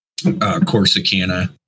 Corsicana